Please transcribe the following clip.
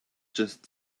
just